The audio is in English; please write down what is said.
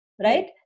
right